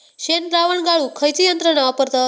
शेणद्रावण गाळूक खयची यंत्रणा वापरतत?